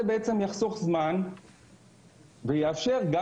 בלתי אפשרי